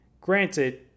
Granted